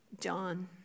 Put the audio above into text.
John